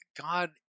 God